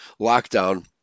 lockdown